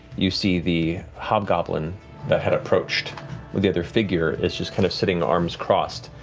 you see the hobgoblin that had approached with the other figure. it's just kind of sitting, arms crossed,